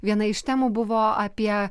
viena iš temų buvo apie